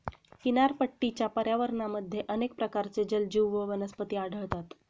किनारपट्टीच्या पर्यावरणामध्ये अनेक प्रकारचे जलजीव व वनस्पती आढळतात